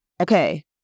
Okay